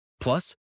Plus